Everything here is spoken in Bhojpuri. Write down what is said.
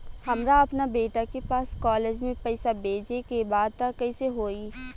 हमरा अपना बेटा के पास कॉलेज में पइसा बेजे के बा त कइसे होई?